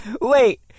Wait